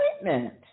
appointment